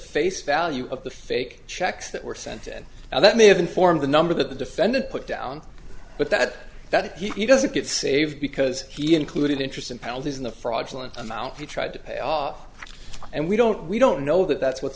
face value of the fake checks that were sent and how that may have informed the number that the defendant put down but that that he doesn't get saved because he included interest and penalties in the fraudulent amount he tried to pay off and we don't we don't know that that's what